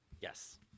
yes